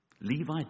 Levi